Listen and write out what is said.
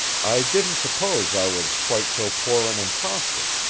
i didn't suppose i was quite so poor an impostor,